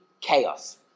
chaos